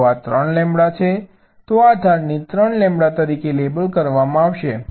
જો આ 3 લેમ્બડા છે તો આ ધારને 3 લેમ્બડા તરીકે લેબલ કરવામાં આવશે